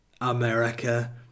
America